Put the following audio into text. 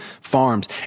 farms